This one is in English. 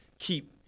keep